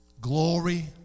glory